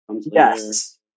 Yes